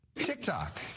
TikTok